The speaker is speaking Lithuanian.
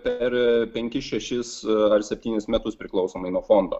per penkis šešis ar septynis metus priklausomai nuo fondo